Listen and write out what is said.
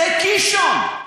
זה קישון,